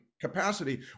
capacity